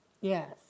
Yes